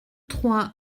trois